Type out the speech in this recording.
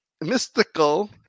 mystical